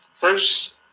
First